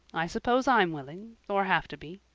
i suppose i'm willing or have to be.